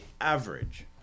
average